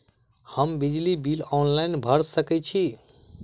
हम बिजली bill online भैर सकै छी?